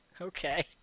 Okay